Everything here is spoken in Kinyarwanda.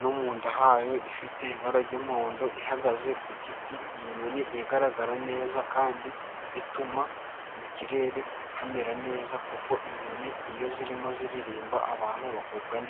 no mu nda hayo. Ifite ibara ry'umuhondo ihagaze ku giti. Ni inyoni igaragara neza kandi ituma mu kirere hamera neza, kuko inyoni iyo zirimo ziririmba abantu bagubwa neza.